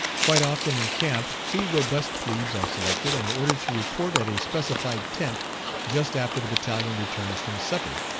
quite often in camp two robust plebes are selected and ordered to report at a specified tent just after the battalion returns from supper.